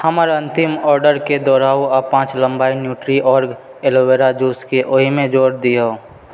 हमर अन्तिम ऑर्डरकेँ दोहराउ आ पाँच लम्बाई न्यूट्रीऑर्ग एलोवेरा जूस केँ ओहिमे जोड़ि दियौ